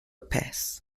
peth